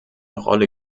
rolle